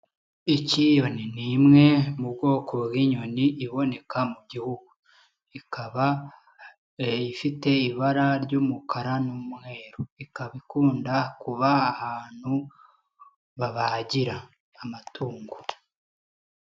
Ikiyoni ni imwe mu bwoko bw'inyoni iboneka mu gihugu, ikaba ifite ibara ry'umukara n'umweru, ikaba ikunda kuba ahantu babagira amatungo.